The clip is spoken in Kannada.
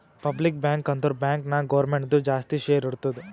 ಪಬ್ಲಿಕ್ ಬ್ಯಾಂಕ್ ಅಂದುರ್ ಬ್ಯಾಂಕ್ ನಾಗ್ ಗೌರ್ಮೆಂಟ್ದು ಜಾಸ್ತಿ ಶೇರ್ ಇರ್ತುದ್